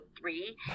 three